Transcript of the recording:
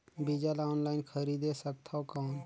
बीजा ला ऑनलाइन खरीदे सकथव कौन?